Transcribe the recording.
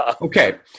Okay